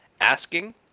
asking